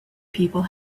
people